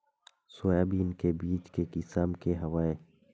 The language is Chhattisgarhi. सोयाबीन के बीज के किसम के हवय?